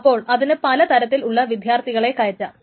അപ്പോൾ അതിന് പല തരത്തിൽ ഉളള വിദ്യാർത്ഥികളെ കയറ്റാം